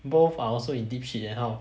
both are also in deep shit then how